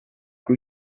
grew